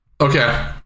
Okay